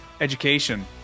education